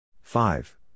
five